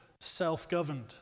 self-governed